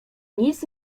nic